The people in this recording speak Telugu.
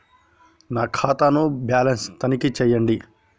నా ఖాతా ను బ్యాలన్స్ తనిఖీ చేయండి?